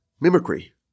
mimicry